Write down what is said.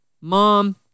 mom